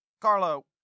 Carlo